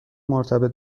مرتبط